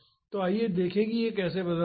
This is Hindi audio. तो आइए देखें कि यह कैसे बदल रहा है